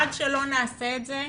עד שלא נעשה את זה,